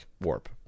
Warp